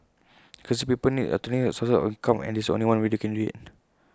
increasingly people need alternative sources of income and this is one way they can do IT